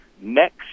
next